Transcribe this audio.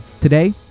today